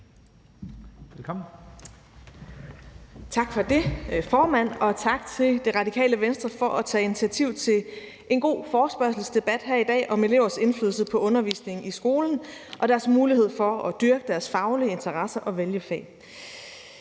Tak for det, formand, og tak til Radikale Venstre for at tage initiativ til en god forespørgselsdebat her i dag om elevers indflydelse på undervisning i skolen og deres mulighed for at dyrke deres faglige interesser og vælge fag.